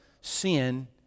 sin